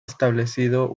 establecido